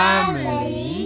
Family